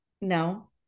No